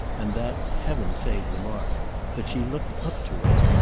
and that heaven save the mark that she looked up to him.